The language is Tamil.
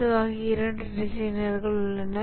பொதுவாக இரண்டு டிசைனர்கள் உள்ளனர்